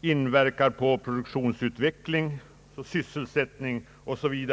inverkar på produktionsutveckling, sysselsättning osv.